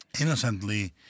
innocently